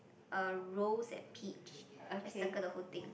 uh rose and peach just circle the whole thing